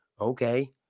Okay